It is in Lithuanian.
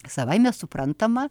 savaime suprantama